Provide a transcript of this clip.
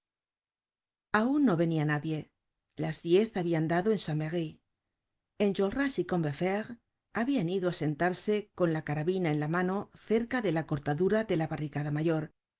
aun no venia nadie las diez habian dado en san merry enjolras y combeferre habian ido á sentarse con la carabina en la mano cerca de la cortadura de la barricada mayor no